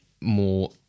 more